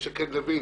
שקד-לוין,